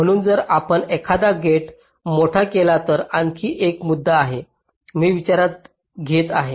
म्हणून जर आपण एखादा गेट मोठा केला तर आणखी एक मुद्दा आहे जो चित्रातही येत आहे